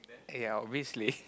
eh ya obviously